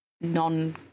non